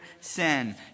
sin